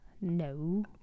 No